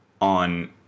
on